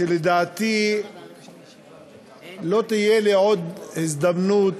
לדעתי לא תהיה לי עוד הזדמנות,